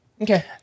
Okay